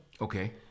okay